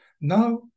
Now